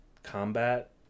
combat